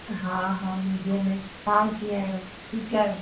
हा हा मजे़ में तव्हां कीअं आहियो ठीकु आहियो